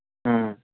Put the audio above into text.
ꯎꯝ